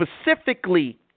specifically